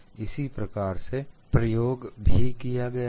इसी प्रकार से प्रयोग भी किया गया है